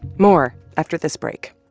more after this break